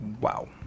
wow